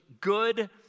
good